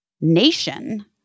nation